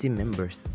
members